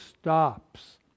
stops